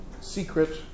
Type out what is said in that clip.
secret